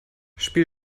spiel